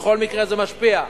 בכל מקרה זה משפיע.